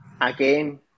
again